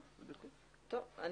אני